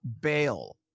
bail